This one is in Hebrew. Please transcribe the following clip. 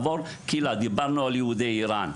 דיברנו על יהודי איראן.